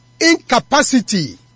incapacity